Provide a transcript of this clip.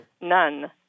none